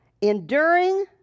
Enduring